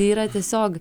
yra tiesiog